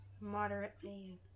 moderately